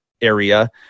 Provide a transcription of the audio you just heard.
area